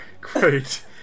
Great